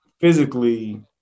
physically